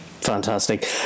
Fantastic